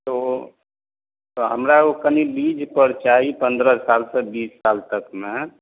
तऽ ओ तऽ हमरा ओ कनि लीज पर चाही पन्द्रह सालसँ बीस साल तकमे